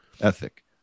ethic